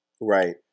Right